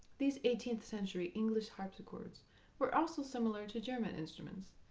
these eighteenth century english harpsichords were also similar to german instruments,